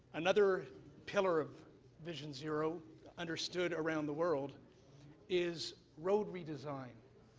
another pillar of vision zero understood around the world is road redesign.